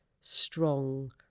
strong